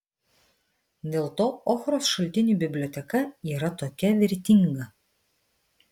dėl to ochros šaltinių biblioteka yra tokia vertinga